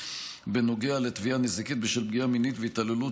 בנוגע לתביעה נזיקית בשל פגיעה מינית והתעללות